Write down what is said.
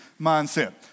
mindset